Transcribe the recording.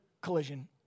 collision